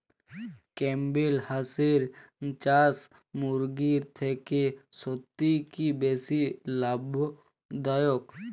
Campbell হাঁসের চাষ মুরগির থেকে সত্যিই কি বেশি লাভ দায়ক?